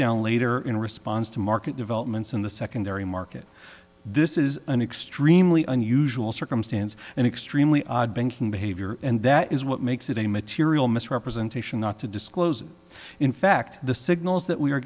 down later in response to market developments in the secondary market this is an extremely unusual circumstance and extremely odd banking behavior and that is what makes it a material misrepresentation not to disclose in fact the signals that we are